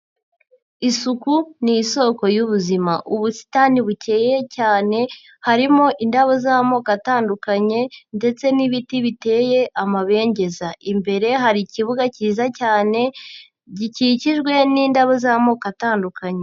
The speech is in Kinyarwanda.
Isuku ni isoko y'ubuzima, ubusitani bukeye cyane harimo indabo z'amoko atandukanye ndetse n'ibiti biteye amabengeza, imbere hari ikibuga cyiza cyane gikikijwe n'indabo z'amoko atandukanye.